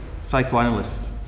psychoanalyst